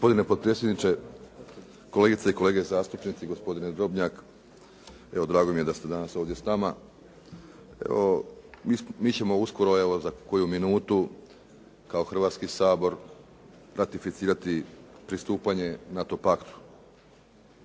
Gospodine potpredsjedniče, kolegice i kolege zastupnici, gospodine Drobnjak, evo drago mi je da ste ovdje danas s nama. Mi ćemo uskoro, evo za koju minutu kao Hrvatski sabor ratificirati pristupanje NATO paktu.